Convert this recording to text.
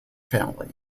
family